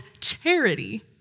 charity